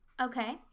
Okay